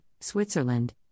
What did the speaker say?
Switzerland